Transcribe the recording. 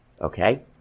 Okay